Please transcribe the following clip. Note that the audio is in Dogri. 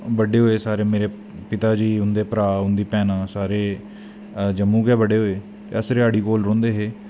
बड्डे होए मेरे सारे पिता जी उंदे भ्राह् उंदे भैनां सारे जम्मू गै बड़े होए अस रेहाड़ी कोल रौंह्दे हे